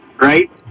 Right